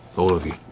all of you.